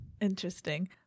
Interesting